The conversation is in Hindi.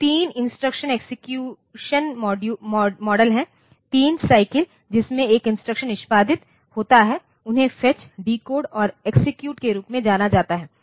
तो 3 इंस्ट्रक्शन एक्सेक्यूसन मॉडल हैं 3 साइकिल जिसमें एक इंस्ट्रक्शन निष्पादित होता है उन्हें फेचडिकोड और एक्सेक्यूट के रूप में जाना जाता है